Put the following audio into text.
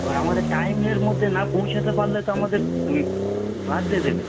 এবার আমাদের টাইমের মধ্যে না পৌঁছাতে পারলে তো আমাদের এ বাদ দিয়ে দেবে